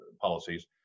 policies